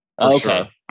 Okay